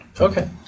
Okay